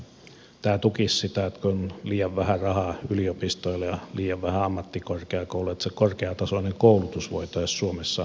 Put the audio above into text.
tämä tukisi sitä kun on liian vähän rahaa yliopistoilla ja liian vähän ammattikorkeakouluilla että se korkeatasoinen koulutus voitaisiin suomessa hyvin säilyttää